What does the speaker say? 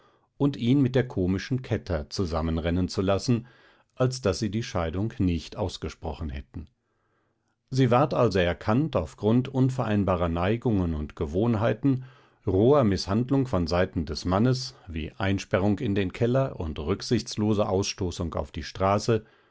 und ihn mit der komischen kätter zusammenrennen zu lassen als daß sie die scheidung nicht ausgesprochen hätten sie ward also erkannt auf grund unvereinbarer neigungen und gewohnheiten roher mißhandlung von seite des mannes wie einsperrung in den keller und rücksichtslose ausstoßung auf die straße